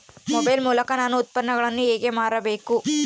Mobile ಮೂಲಕ ನಾನು ಉತ್ಪನ್ನಗಳನ್ನು ಹೇಗೆ ಮಾರಬೇಕು?